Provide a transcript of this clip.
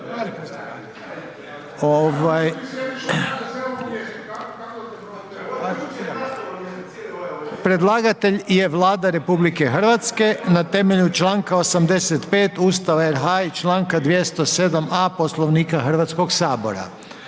Predlagatelj je Vlada Republike Hrvatske na temelju članka 85. Ustava RH i članka 207. A Poslovnika Hrvatskog sabora.